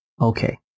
Okay